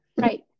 Right